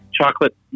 Chocolate